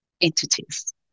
entities